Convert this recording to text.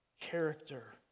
character